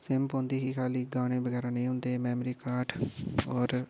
SIM पौंदी ही खा'ल्ली गानें बगैरा नेईं होंदे हे मैमोरी कार्ड होर